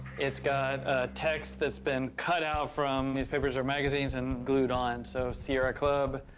it's got text that's been cut out from newspapers or magazines and glued on, so sierra club,